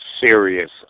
serious